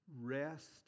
rest